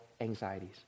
anxieties